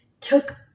took